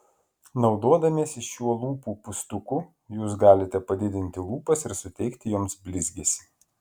naudodamiesi šiuo lūpų pūstuku jūs galite padidinti lūpas ir suteikti joms blizgesį